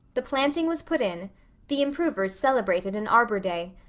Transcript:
the planting was put in the improvers celebrated an arbor day.